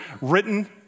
written